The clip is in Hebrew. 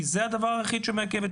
כי זה הדבר היחיד שמעכב.